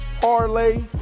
Parlay